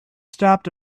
stopped